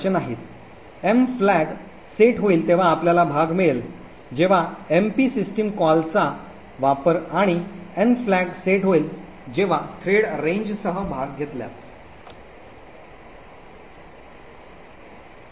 M flag set होईल जेव्हा आपल्याला भाग मिळेल जेव्हा एमएमपी सिस्टम कॉलचा वापरू आणि एन फ्लॅग जेव्हा थ्रेड रेंजसह भाग घेतल्यास सेट होईल